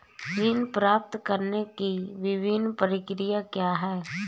ऋण प्राप्त करने की विभिन्न प्रक्रिया क्या हैं?